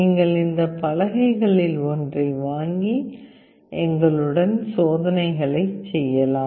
நீங்கள் இந்த பலகைகளில் ஒன்றை வாங்கி எங்களுடன் சோதனைகளை செய்யலாம்